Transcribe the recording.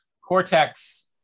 Cortex